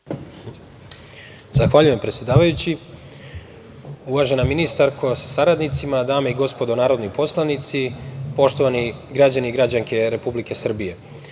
Zahvaljujem, predsedavajući. Uvažena ministarko sa saradnicima, dame i gospodo narodni poslanici, poštovani građani i građanke Republike Srbije,